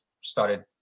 started